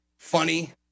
funny